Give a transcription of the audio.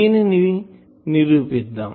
దీనిని నిరూపిద్దాం